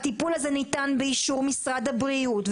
הטיפול הזה ניתן באישור משרד הבריאות,